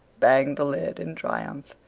banged the lid in triumph,